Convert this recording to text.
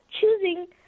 Choosing